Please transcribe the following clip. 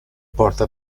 porta